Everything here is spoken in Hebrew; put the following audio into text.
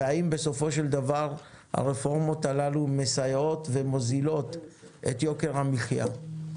והאם בסופו של דבר הרפורמות האלה מסייעות ומוזילות את יוקר המחיה.